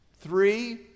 three